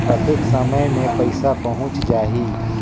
कतेक समय मे पइसा पहुंच जाही?